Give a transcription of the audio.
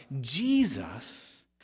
Jesus